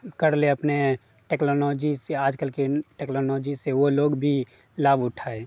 کر لے اپنے ٹیکلانوجی سے آج کل کے ٹیکلانوجی سے وہ لوگ بھی لابھ اٹھائیں